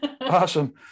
awesome